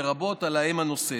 לרבות על האם הנושאת,